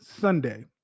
Sunday